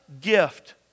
gift